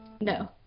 No